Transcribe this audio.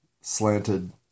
slanted